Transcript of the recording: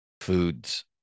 foods